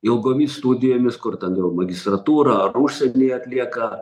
ilgomis studijomis kur ten jau magistratūra ar užsieny atlieka